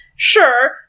Sure